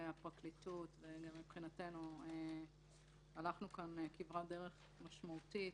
הפרקליטות וגם מבחינתנו הלכנו כאן כברת דרך משמעותית.